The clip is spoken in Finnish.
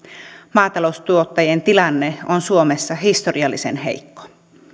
maataloustuottajien tilanne on suomessa historiallisen heikko